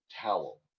towel